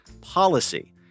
policy